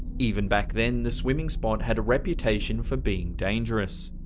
even back then, the swimming spot had a reputation for being dangerous.